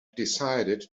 decided